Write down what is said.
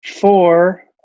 four